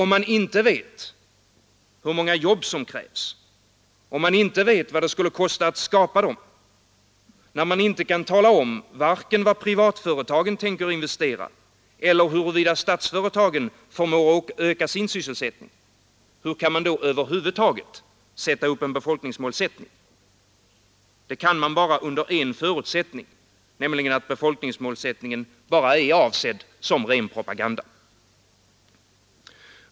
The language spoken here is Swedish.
Om man inte vet hur många jobb som krävs, om man inte vet vad det skulle kosta att skapa dem, när man inte kan tala om vare sig vad privatföretagen tänker investera eller huruvida statsföretagen förmår öka sin sysselsättning — hur kan man då över huvud taget sätta upp en befolkningsmålsättning? Det kan man bara under en enda förutsättning - att befolkningsmålsättningen bara är avsedd som ren propaganda.